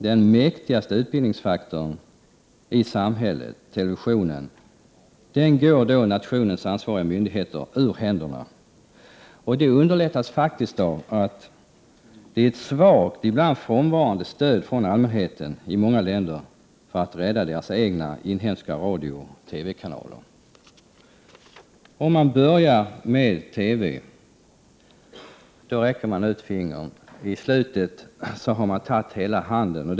Den mäktigaste utbildningsfaktorn i samhället, televisionen, går då nationens ansvariga myndigheter ur händerna. Detta underlättas faktiskt av det svaga och ibland frånvarande stödet från allmänheten i många länder för att rädda de inhemska radiooch TV-kanalerna. Låter man detta börja med TV, då räcker man ut fingret. I slutändan har hela handen tagits.